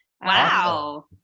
Wow